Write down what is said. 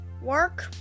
Work